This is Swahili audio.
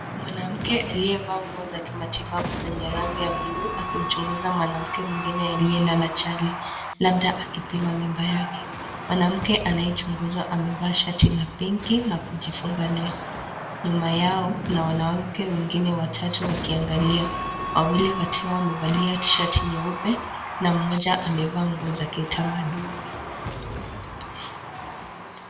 Mwanamke aliyevalia nguo za kimatibabu za rangi ya buluu, akimchunguza mwanamke mwingine aliyelala chali. Labda akipima mimba yake. Mwanamke anayechunguzwa amevaa shati la Pinki na kujifunga leso. Nyuma yao kuna wanawake wengine watatu wakiangalia, wawili kati yao wamevalia tishati nyeupe na mmoja amevaa nguo za kitamaduni.